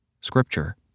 Scripture